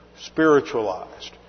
spiritualized